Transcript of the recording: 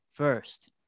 first